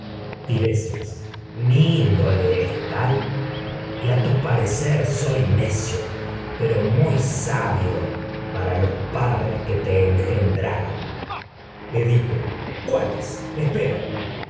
índole es tal los que a tu parecer soy necio pero muy sabio para padres que te engen i draron edipo cuáles espera